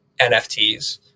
NFTs